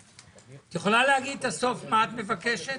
את יכולה להגיד את הסוף, מה את מבקשת?